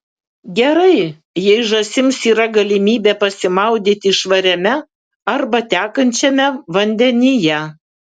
gerai jei žąsims yra galimybė pasimaudyti švariame arba tekančiame vandenyje